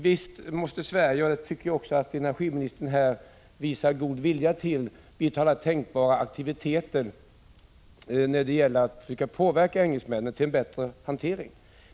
Visst måste Sverige, och det tycker jag också att energiministern visar god vilja till, vidta alla tänkbara aktiviteter när det gäller att försöka påverka engelsmännen till en bättre hantering.